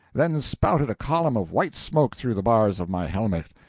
then spouted a column of white smoke through the bars of my helmet.